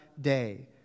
day